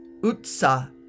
Utsa